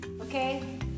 okay